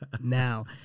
now